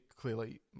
clearly